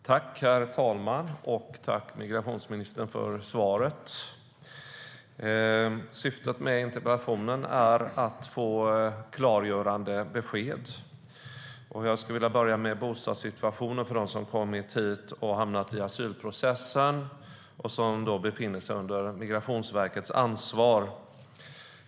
Herr talman! Tack, migrationsministern, för svaret! Syftet med interpellationen är att få klargörande besked. Jag skulle vilja börja med bostadssituationen för dem som har kommit hit och hamnat i asylprocessen, som då befinner sig under Migrationsverkets ansvar.